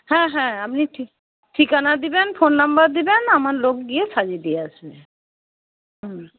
হ্যাঁ হ্যাঁ আপনি ঠি ঠিকানা দেবেন ফোন নাম্বার দেবেন আমার লোক গিয়ে সাজিয়ে দিয়ে আসবে হুম